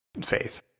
faith